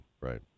right